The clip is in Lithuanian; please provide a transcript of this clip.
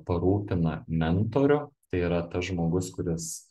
parūpina mentorių tai yra tas žmogus kuris